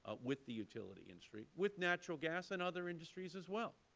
with the utility industry, with natural gas and other industries as well.